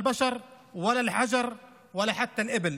בעלי הגמלים בכפר אום חשרם ובאזורים נוספים.